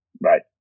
Right